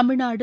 Tamil Nadu